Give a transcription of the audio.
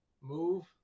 move